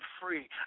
free